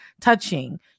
touching